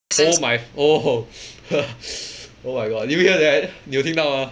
so is my oh oh my god did you hear that 你有听到吗